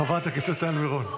חברת הכנסת טל מרון.